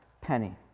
penny